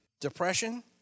depression